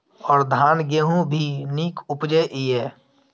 और धान गेहूँ भी निक उपजे ईय?